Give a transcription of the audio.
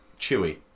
Chewie